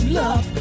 love